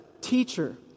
Teacher